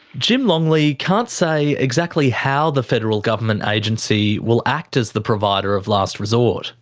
jim longley can't say exactly how the federal government agency will act as the provider of last resort.